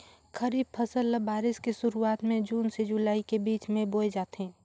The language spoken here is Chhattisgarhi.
खरीफ फसल ल बारिश के शुरुआत में जून से जुलाई के बीच ल बोए जाथे